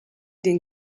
den